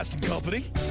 company